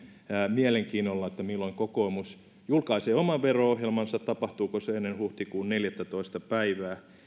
mielenkiinnolla milloin kokoomus julkaisee oman vero ohjelmansa tapahtuuko se ennen huhtikuun neljästoista päivää